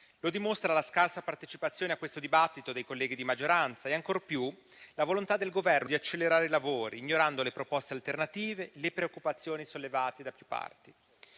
Lo dimostrano la scarsa partecipazione a questo dibattito dei colleghi di maggioranza e ancor più la volontà del Governo di accelerare i lavori, ignorando le proposte alternative, le preoccupazioni sollevate da più parti.